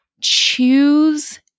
choose